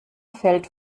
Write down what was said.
fällt